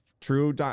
true